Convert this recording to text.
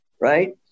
Right